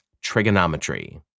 Trigonometry